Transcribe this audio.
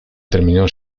terminó